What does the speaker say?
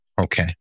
Okay